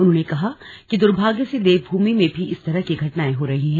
उन्होंने कहा कि दुर्भाग्य से देवभूमि में भी इस तरह की घटनाए हो रही हैं